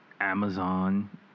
Amazon